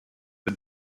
but